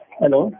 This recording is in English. hello